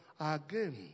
again